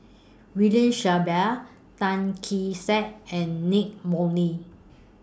William Shellabear Tan Kee Sek and Nicky Moey